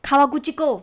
kawaguchiko